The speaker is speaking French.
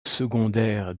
secondaire